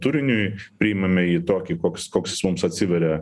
turiniui priimame jį tokį koks koks mums atsiveria